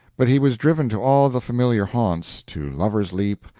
but he was driven to all the familiar haunts to lover's leap,